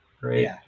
great